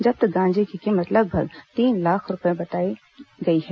जब्त गांजे की कीमत लगभग तीन लाख रूपये बताई गई है